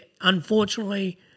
unfortunately